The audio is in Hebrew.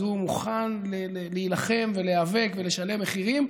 אז הוא מוכן להילחם ולהיאבק ולשלם מחירים.